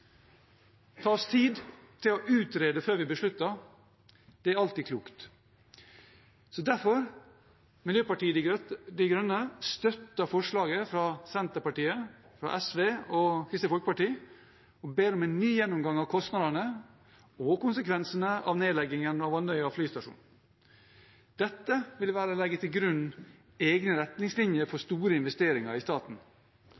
tid til å utrede før vi beslutter. Det er alltid klokt. Derfor støtter Miljøpartiet De Grønne forslaget fra Senterpartiet, SV og Kristelig Folkeparti og ber om en ny gjennomgang av kostnadene og konsekvensene av nedleggingen av Andøya flystasjon. Dette vil være å legge til grunn egne retningslinjer for